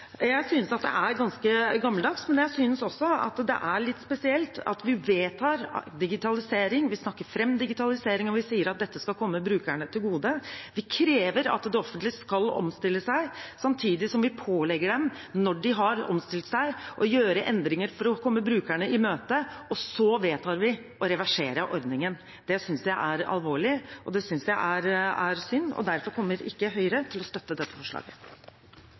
Jeg synes at det er ganske gammeldags, men jeg synes også at det er litt spesielt at vi vedtar digitalisering, vi snakker fram digitaliseringen, vi sier at dette skal komme brukerne til gode, vi krever at det offentlige skal omstille seg, samtidig som vi pålegger dem, når de har omstilt seg, å gjøre endringer for å komme brukerne i møte, og så vedtar vi å reversere ordningen. Det synes jeg er alvorlig, og det synes jeg er synd. Derfor kommer ikke Høyre til å støtte dette forslaget.